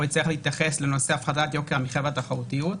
יצטרך להתייחס לנושא הפחתת יוקר המחיה והתחרותיות,